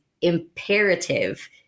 imperative